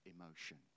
emotion